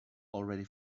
already